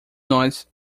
nós